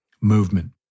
movement